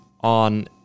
on –